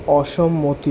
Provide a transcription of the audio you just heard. অসম্মতি